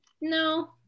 no